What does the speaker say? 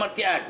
בוקר טוב לכולם.